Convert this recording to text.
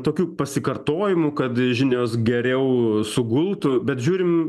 tokiu pasikartojimu kad žinios geriau sugultų bet žiūrim